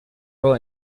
role